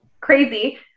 Crazy